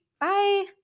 Bye